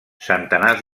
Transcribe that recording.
centenars